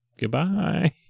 Goodbye